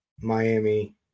Miami